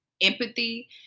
empathy